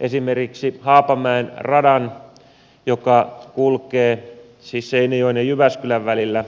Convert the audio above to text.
esimerkiksi haapamäen radan sillä osuudella joka kulkee siis seinäjoen ja jyväskylän välillä